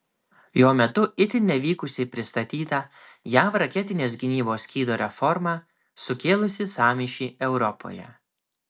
jo metu itin nevykusiai pristatyta jav raketinės gynybos skydo reforma sukėlusį sąmyšį europoje